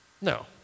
No